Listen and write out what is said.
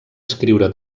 escriure